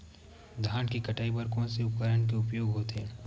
धान के कटाई बर कोन से उपकरण के उपयोग होथे?